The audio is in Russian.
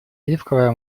оливковое